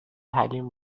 حلیم